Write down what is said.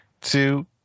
two